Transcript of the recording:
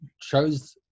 chose